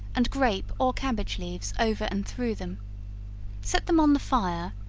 and grape or cabbage leaves over and through them set them on the fire,